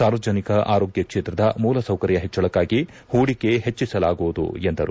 ಸಾರ್ವಜನಿಕ ಆರೋಗ್ಯ ಕ್ಷೇತ್ರದ ಮೂಲ ಸೌಕರ್ಯ ಹೆಚ್ಚಳಕ್ಕಾಗಿ ಹೂಡಿಕೆ ಹೆಚ್ಚಿಸಲಾಗುವುದು ಎಂದರು